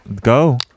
go